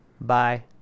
Bye